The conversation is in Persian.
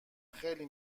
خیلی